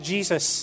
Jesus